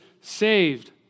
saved